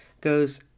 goes